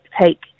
take